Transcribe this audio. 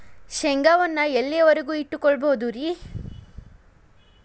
ಶೇಂಗಾವನ್ನು ಎಲ್ಲಿಯವರೆಗೂ ಇಟ್ಟು ಕೊಳ್ಳಬಹುದು ರೇ?